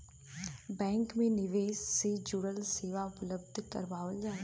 bank में निवेश से जुड़ल सेवा उपलब्ध करावल जाला